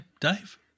Dave